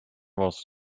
was